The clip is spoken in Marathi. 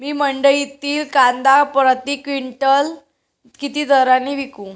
मी मंडईतील कांदा प्रति क्विंटल किती दराने विकू?